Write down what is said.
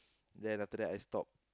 then after that I stop